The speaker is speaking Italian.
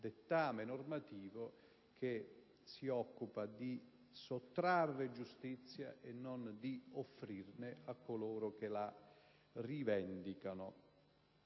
dettame normativo che si occupa di sottrarre giustizia e non di offrirne a coloro che la rivendicano.